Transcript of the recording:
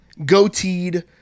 goateed